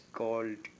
called